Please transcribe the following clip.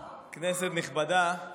כנסת נכבדה,